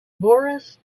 boris